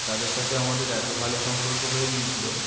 তাদের সাথে আমাদের এত ভালো সম্পর্ক হয়ে গিয়েছিল